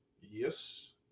Yes